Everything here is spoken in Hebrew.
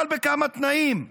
אבל בכמה תנאים,